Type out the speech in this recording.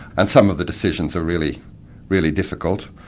and some of the decisions are really really difficult.